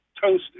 toasted